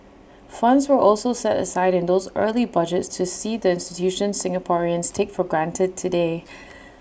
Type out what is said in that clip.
funds were also set aside in those early budgets to seed the institutions Singaporeans take for granted today